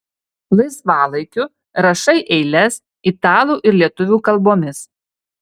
laisvalaikiu rašai eiles italų ir lietuvių kalbomis